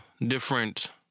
different